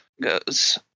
goes